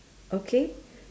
okay